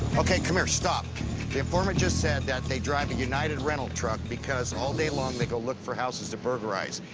ok, come here. stop. the informant just said that they drive a united rental truck because all day long they go look for houses to burglarize.